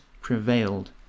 prevailed